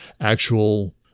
actual